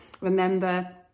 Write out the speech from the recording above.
Remember